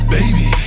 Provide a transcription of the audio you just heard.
Baby